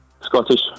Scottish